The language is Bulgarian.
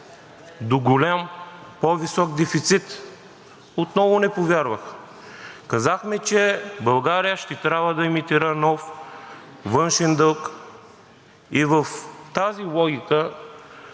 до голям, по-висок дефицит. Отново не повярваха. Казахме, че България ще трябва да емитира нов външен дълг. И в тази логика,